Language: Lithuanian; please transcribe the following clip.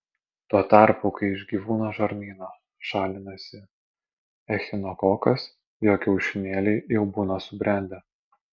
tuo tarpu kai iš gyvūno žarnyno šalinasi echinokokas jo kiaušinėliai jau būna subrendę